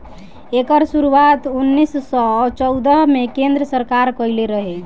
एकर शुरुआत उन्नीस सौ चौदह मे केन्द्र सरकार कइले रहे